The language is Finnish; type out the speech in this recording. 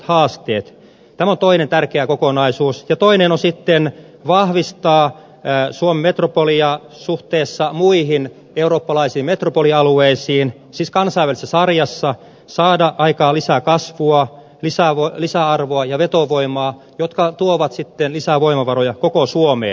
tämä on toinen tärkeä kokonaisuus ja toinen on sitten vahvistaa suomen metropolia suhteessa muihin eurooppalaisiin metropolialueisiin siis saada kansainvälisessä sarjassa aikaan lisää kasvua lisäarvoa ja vetovoimaa jotka tuovat sitten lisää voimavaroja koko suomeen